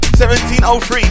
1703